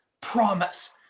promise